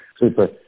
Super